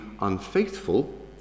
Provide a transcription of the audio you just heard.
unfaithful